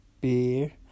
Beer